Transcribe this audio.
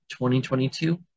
2022